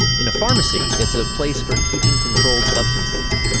in a pharmacy, it's a place for keeping controlled substances,